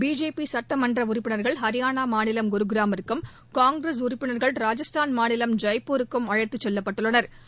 BJP சட்டமன்ற உறுப்பினர்கள் ஹரியானா மாநிலம் குர்கிராமிற்கும் காங்கிரஸ் உறுப்பினர்கள் ராஜஸ்தான் மாநிலம் ஜெய்ப்பூருக்கும் அழைத்துச் செல்லப்பட்டுள்ளனா்